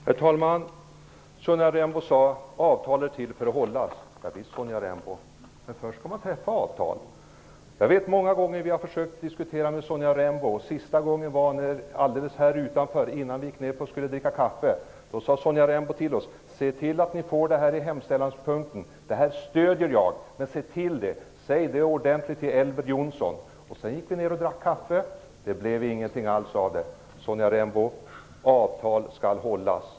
Herr talman! Sonja Rembo sade: Avtal är till för att hållas. Ja visst! Men först skall avtal träffas. Vi har många gånger försökt diskutera med Sonja Rembo, senast här utanför, innan vi gick ner för att dricka kaffe. Då sade Sonja Rembo till oss: Se till att ni får det här i hemställanspunkten -- det här stöder jag -- men säg det ordenligt till Elver Jonsson! Sedan gick vi ner och drack kaffe, och det blev ingenting alls av detta. Sonja Rembo! Avtal skall hållas.